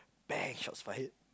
bang shots fired